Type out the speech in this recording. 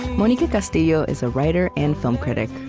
monica castillo is a writer and film critic.